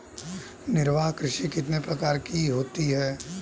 निर्वाह कृषि कितने प्रकार की होती हैं?